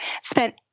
spent